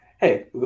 hey